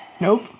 Nope